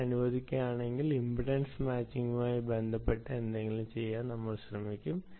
സമയം അനുവദിക്കുകയാണെങ്കിൽ impedance matching മായി ബന്ധപ്പെട്ട എന്തെങ്കിലും ചെയ്യാൻ നമ്മൾ ശ്രമിക്കും